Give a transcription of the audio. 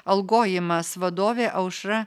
algojimas vadovė aušra